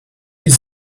his